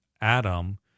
Adam